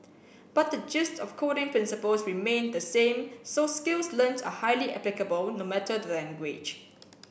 but the gist of coding principles remained the same so skills learnt are highly applicable no matter the language